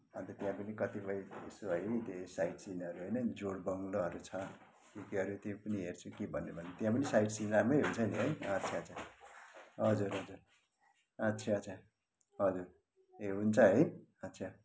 अन्त त्यहाँ पनि कतिपय यसो है साइटसिनहरू होइन जोरबङ्गलाहरू छ के केहरू त्यो पनि हेर्छु कि भने भने त्यहाँ पनि साइट सिन राम्रै हुन्छ नि है आच्छा आच्छा हजुर हजुर आच्छा आच्छा हजुर ए हुन्छ है आच्छा